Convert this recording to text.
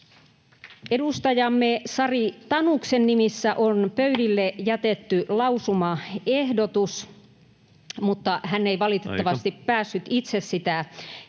Edustajamme Sari Tanuksen nimissä on pöydille jätetty lausumaehdotus, mutta hän ei valitettavasti [Puhemies: Aika!] päässyt itse sitä esittämään,